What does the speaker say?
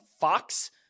Fox